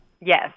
Yes